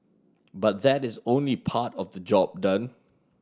but that is only part of the job done